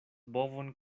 bovon